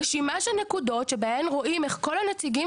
רשימה של נקודות שבהן רואים איך כל הנציגים